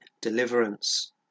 deliverance